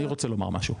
אני רוצה לומר משהו,